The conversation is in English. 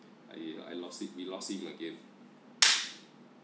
!aiyo! I lost we lost him again